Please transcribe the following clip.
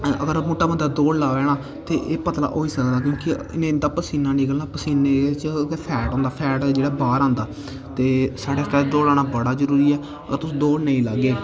अगर मुट्टा बंदा दौड़ लावै ना ते एह् पतला होई सकदा क्योंकि एह्दे नै इंदा पसीना निकलना पसीने च गै फैट होंदा फैट जेह्ड़ा बाहर आंदा ते साढ़े आस्तै दौड़ लाना बड़ा जरूरी ऐ अगर तुस दौड़ नेईं लाग्गे